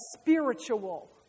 spiritual